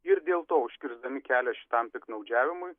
ir dėl to užkirsdami kelią šitam piktnaudžiavimui